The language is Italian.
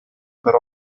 per